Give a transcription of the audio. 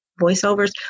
voiceovers